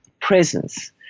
presence